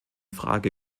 frage